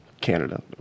Canada